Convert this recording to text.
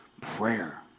prayer